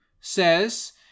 says